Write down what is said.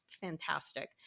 fantastic